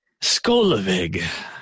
Skolavig